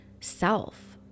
self